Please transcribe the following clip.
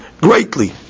greatly